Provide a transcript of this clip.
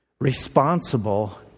responsible